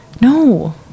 No